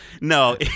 no